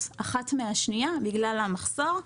האחת מן השנייה נהגים בגלל המחסור.